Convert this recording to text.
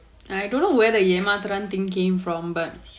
I don't know whether ஏமாத்துறான்:yaemaathuraan came from but